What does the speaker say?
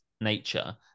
nature